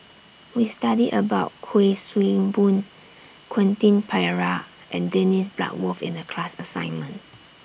We studied about Kuik Swee Boon Quentin Pereira and Dennis Bloodworth in The class assignment